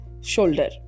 shoulder